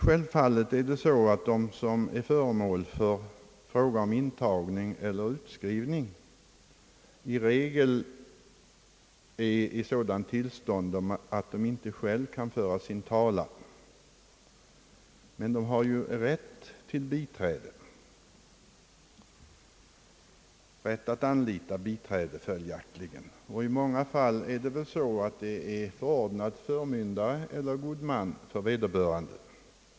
Självfallet är det så, att de som är föremål för fråga om intagning eller utskrivning i regel är i sådant tillstånd att de inte själva kan föra sin talan. De har ju också rätt att anlita biträde. I många fall finns också förmyndare eller god man förordnad för vederbörande.